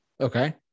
Okay